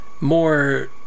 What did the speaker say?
more